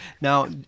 Now